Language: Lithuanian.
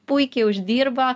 puikiai uždirba